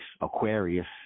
Aquarius